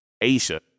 Asia